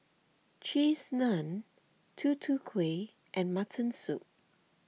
Cheese Naan Tutu Kueh and Mutton Soup